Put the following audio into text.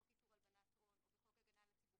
בחוק איסור הלבנת הון או בחוק הגנה על הציבור